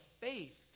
faith